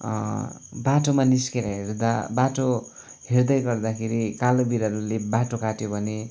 बाटोमा निस्किएर हिँड्दा बाटो हिँड्दै गर्दाखेरि कालो बिरालोले बाटो काट्यो भने